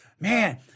man